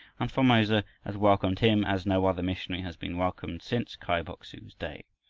and formosa has welcomed him as no other missionary has been welcomed since kai bok-su's day.